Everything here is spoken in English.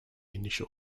initial